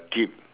keep